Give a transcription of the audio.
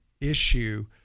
issue